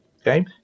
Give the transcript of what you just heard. Okay